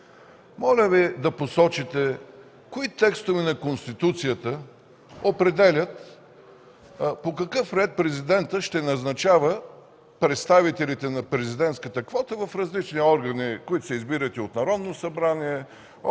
моля Ви да посочите кои текстове на Конституцията определят по какъв ред Президентът ще назначава представителите на президентската квота в различни органи, които се избират и от Народното събрание,